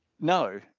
No